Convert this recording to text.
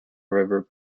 river